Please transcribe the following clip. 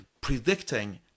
predicting